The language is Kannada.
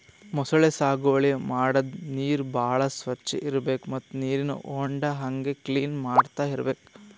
ಮೊಸಳಿ ಸಾಗುವಳಿ ಮಾಡದ್ದ್ ನೀರ್ ಭಾಳ್ ಸ್ವಚ್ಚ್ ಇರ್ಬೆಕ್ ಮತ್ತ್ ನೀರಿನ್ ಹೊಂಡಾ ಹಂಗೆ ಕ್ಲೀನ್ ಮಾಡ್ಕೊತ್ ಇರ್ಬೆಕ್